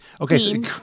okay